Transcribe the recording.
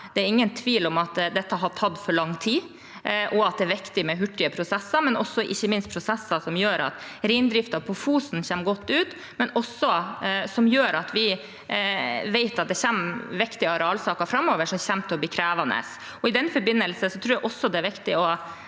Det er ingen tvil om at dette har tatt for lang tid, og at det er viktig med prosesser som er hurtige – ikke minst prosesser som gjør at reindriften på Fosen kommer godt ut, også fordi vi vet at det kommer viktige arealsaker framover som kommer til å bli krevende. I den forbindelse tror jeg det også er viktig å